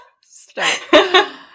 Stop